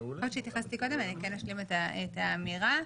האמירה.